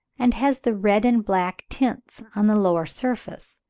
and has the red and black tints on the lower surface,